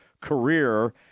career